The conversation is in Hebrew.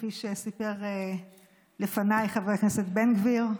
כפי שסיפר לפניי חבר הכנסת בן גביר,